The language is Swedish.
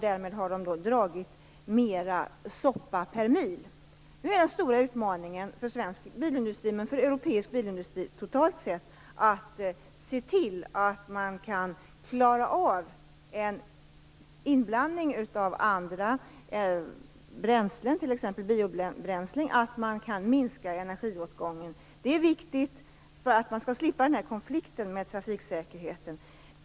Därmed har bilarna dragit mera "soppa" per mil. Nu är den stora utmaningen för svensk bilindustri, och för europeisk bilindustri totalt sett, att se till att man kan klara av en inblandning av andra bränslen, t.ex. biobränslen, och en minskad energiåtgång. Detta är viktigt för att slippa konflikten med trafiksäkerheten.